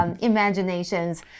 Imaginations